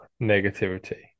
negativity